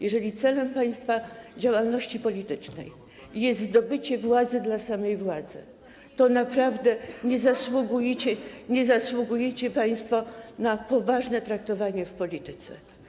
Jeżeli celem państwa działalności politycznej jest zdobycie władzy dla samej władzy, to naprawdę nie zasługujecie państwo na poważne traktowanie w polityce.